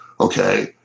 okay